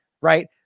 right